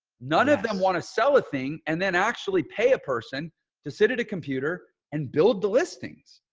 none of them want to sell a thing and then actually pay a person to sit at a computer and build the listings.